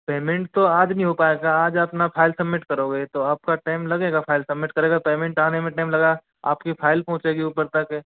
payment तो आज नहीं हो पाएगा आज अपना फाइल सबमिट करोगे तो आपका टाइम लगेगा फाइल सबमिट करेगा पेमेंट आने में टाइम लगा आपकी फाइल पहुंचेगी ऊपर तक